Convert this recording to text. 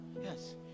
yes